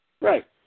Right